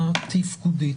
ברמה המנגנונית-התפקודית,